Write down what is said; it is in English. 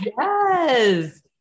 Yes